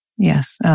Yes